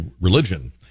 religion